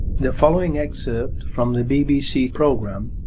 the following excerpt from the bbc programme,